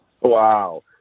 Wow